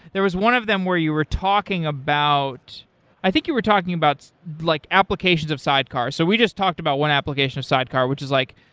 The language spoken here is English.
there was one of them where you were talking about i think you are talking about like applications of sidecar. so we just talked about one application of sidecar, which is like,